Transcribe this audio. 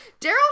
Daryl